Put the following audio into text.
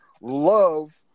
love